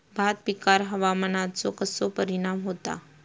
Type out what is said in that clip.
भात पिकांर हवामानाचो कसो परिणाम होता?